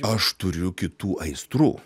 aš turiu kitų aistrų